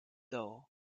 though